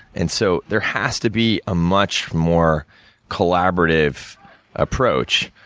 and so, there has to be a much more collaborative approach,